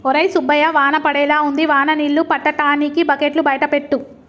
ఒరై సుబ్బయ్య వాన పడేలా ఉంది వాన నీళ్ళు పట్టటానికి బకెట్లు బయట పెట్టు